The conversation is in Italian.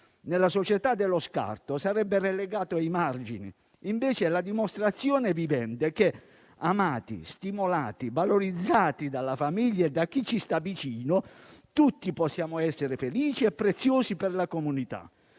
Nella società dello scarto sarebbe relegato ai margini, invece è la dimostrazione vivente che amati, stimolati e valorizzati dalla famiglia e da chi ci sta vicino, tutti possiamo essere felici e preziosi per la comunità.